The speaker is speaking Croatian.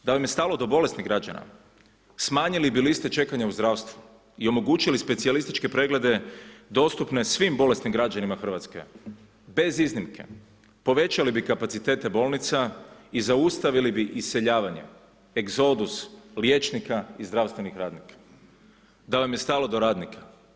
Da vam je stalo do bolesnih građana smanjili bi liste čekanja u zdravstvu i omogućili specijalističke preglede dostupne svim bolesnim građanima Hrvatske bez iznimke, povećali bi kapacitete bolnica i zaustavili bi iseljavanje egzodus liječnika i zdravstvenih radnika, da vam je stalo do radnika.